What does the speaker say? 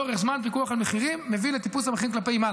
לאורך זמן פיקוח על מחירים מביא לטיפוס המחירים כלפי מעלה.